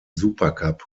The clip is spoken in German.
supercup